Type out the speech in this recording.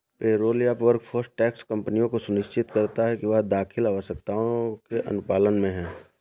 payroll या workforce tax कंपनियों को सुनिश्चित करता है कि वह कर दाखिल आवश्यकताओं के अनुपालन में है